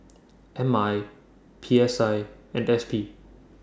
M I P S I and S P